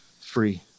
free